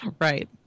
Right